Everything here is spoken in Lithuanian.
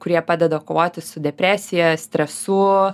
kurie padeda kovoti su depresija stresu